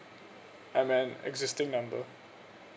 I'm an existing number